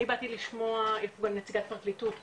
אני באתי לשמוע את נציגת הפרקליטות בזום,